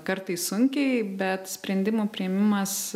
kartais sunkiai bet sprendimų priėmimas